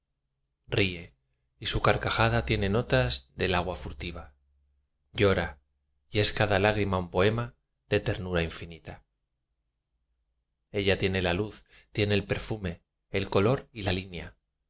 y su carcajada tiene notas del agua fugitiva llora y es cada lágrima un poema de ternura infinita ella tiene la luz tiene el perfume el color y la línea